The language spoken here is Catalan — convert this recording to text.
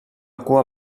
cua